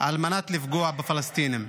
לפגוע בפלסטינים.